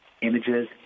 images